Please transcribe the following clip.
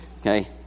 Okay